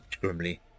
grimly